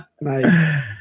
Nice